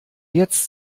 jetzt